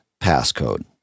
passcode